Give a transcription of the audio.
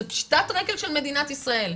זאת פשיטת רגל של מדינת ישראל.